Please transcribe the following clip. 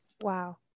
Wow